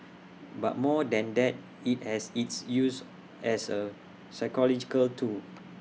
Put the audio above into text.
but more than that IT has its use as A psychological tool